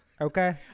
Okay